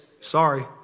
sorry